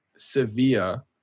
Sevilla